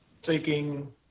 seeking